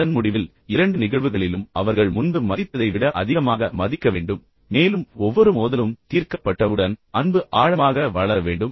அதன் முடிவில் இரண்டு நிகழ்வுகளிலும் அவர்கள் முன்பு மதித்ததை விட அதிகமாக மதிக்க வேண்டும் மேலும் ஒவ்வொரு மோதலும் தீர்க்கப்பட்டவுடன் காதல் ஆழமாக வளர வேண்டும்